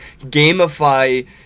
gamify